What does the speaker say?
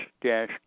dash